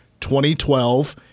2012